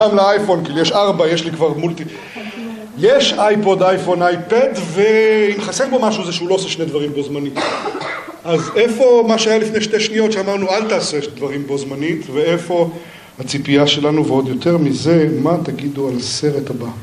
גם לאייפון כי יש ארבע יש לי כבר מולטי יש אייפוד, אייפון, אייפד ואם חסר בו משהו זה שהוא לא עושה שני דברים בו זמנית אז איפה מה שהיה לפני שתי שניות שאמרנו אל תעשה שני דברים בו זמנית ואיפה הציפייה שלנו ועוד יותר מזה מה תגידו על סרט הבא